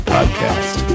Podcast